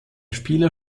spieler